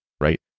right